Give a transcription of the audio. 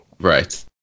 Right